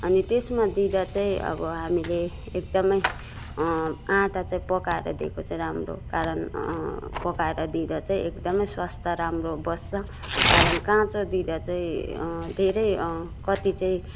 अनि त्यसमा दिँदा चाहिँ अब हामीले एकदमै आँटा चाहिँ पकाएर दिएको चाहिँ राम्रो कारण पकाएर दिँदा चाहिँ एकदमै स्वास्थ राम्रो बस्छ कारण काँचो दिँदा चाहिँ धेरै कति चाहिँ